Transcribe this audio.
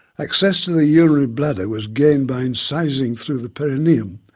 access to the urinary bladder was gained by incising through the perineum,